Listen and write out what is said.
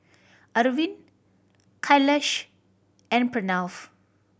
Arvind Kailash and Pranav